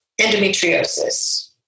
endometriosis